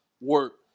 work